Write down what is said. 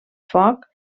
foc